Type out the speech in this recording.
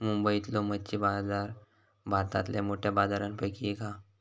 मुंबईतलो मच्छी बाजार भारतातल्या मोठ्या बाजारांपैकी एक हा